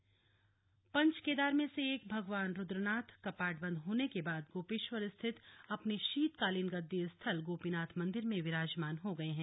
रुद्रनाथ गद्दी स्थल पंच केदार में से एक भगवान रुद्रनाथ कपाट बंद होने के बाद गोपेश्वर स्थित अपने शीतकालीन गद्दी स्थल गोपीनाथ मंदिर में विराजमान हो गए हैं